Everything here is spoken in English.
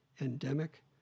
endemic